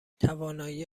توانایی